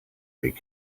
big